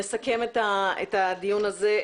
נסכם את הדיון הזה.